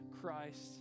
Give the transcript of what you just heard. Christ